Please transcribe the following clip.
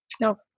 No